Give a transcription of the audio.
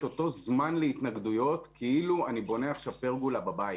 אתו זמן להתנגדויות כאילו אני בונה עכשיו פרגולה בבית.